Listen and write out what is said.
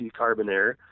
Carbonair